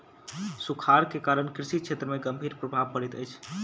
सूखाड़ के कारण कृषि क्षेत्र में गंभीर प्रभाव पड़ैत अछि